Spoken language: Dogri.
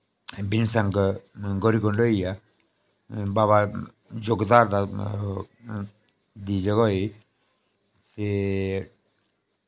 बीन संग गोरी कुंड होईया बाबा युग धार दा दी जगह होई ते